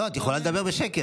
לא, את יכולה לדבר בשקט.